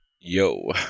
Yo